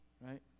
Right